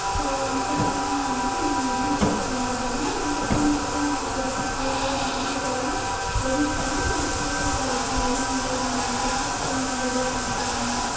so இந்த பிறந்த நாளை வந்துட்டு நாங்கள் சூப்பராக கொண்டாடினோம் அதுக்கப்புறமேட்டுக்கு அன்றைக்கி எடுத்த ஃபோட்டோஸ் வீடியோஸெல்லாம் எடிட் பண்ணி அன்றைக்கி ஸ்டேட்டஸில் வச்சேன் இது தான் எங்கள் வீட்டில் நடந்த சூப்பரான பர்த்டே ஃபங்க்ஷன்